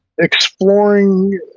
exploring